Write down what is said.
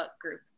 group